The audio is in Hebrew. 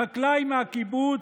החקלאי מהקיבוץ,